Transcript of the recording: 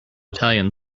italian